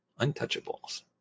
untouchables